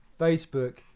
Facebook